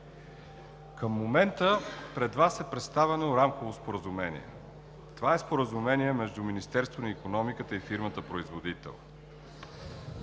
към момента пред Вас е представено Рамково споразумение. Това е Споразумение между Министерството на икономиката и фирмата производител.